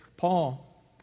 Paul